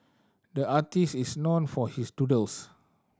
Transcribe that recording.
the artist is known for his doodles